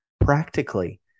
Practically